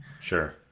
Sure